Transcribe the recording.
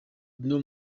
dinho